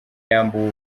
yambuwe